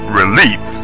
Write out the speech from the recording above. relief